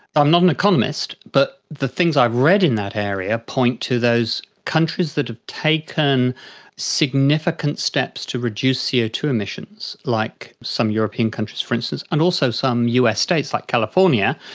i'm not an economist, but the things i've read in that area point to those countries that have taken significant steps to reduce c o two emissions, like some european countries for instance, and also some us states like california,